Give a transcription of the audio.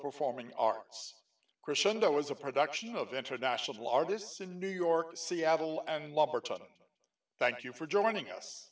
performing arts crescendo was a production of international artists in new york seattle and thank you for joining us